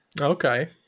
Okay